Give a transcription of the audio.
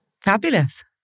Fabulous